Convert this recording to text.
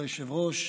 כבוד היושב-ראש,